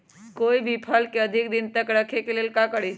कोई भी फल के अधिक दिन तक रखे के लेल का करी?